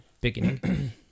beginning